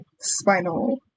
spinal